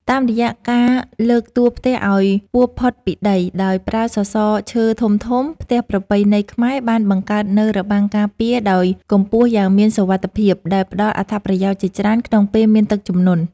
តាមរយៈការលើកតួផ្ទះឱ្យខ្ពស់ផុតពីដីដោយប្រើសសរឈើធំៗ ផ្ទះប្រពៃណីខ្មែរបានបង្កើតនូវរបាំងការពារដោយកម្ពស់យ៉ាងមានសុវត្ថិភាព ដែលផ្តល់អត្ថប្រយោជន៍ជាច្រើនក្នុងពេលមានទឹកជំនន់។